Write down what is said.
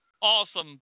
awesome